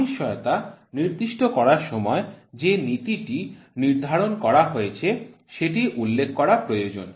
অনিশ্চয়তা নির্দিষ্ট করার সময় যে নীতিটি নির্ধারণ করা হয়েছে সেটি উল্লেখ করা প্রয়োজন